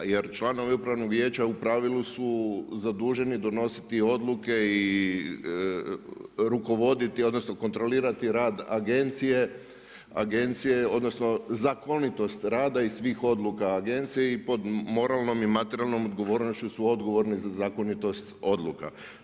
Jer članovi upravnog vijeća u pravilu su zaduženi donositi odluke i rukovoditi, odnosno kontrolirati rad agencije odnosno zakonitost rada i svih odluka agencije i pod moralnom i materijalnom odgovornošću su odgovorni za zakonitost odluka.